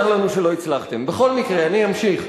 בכל מקרה, אני אמשיך: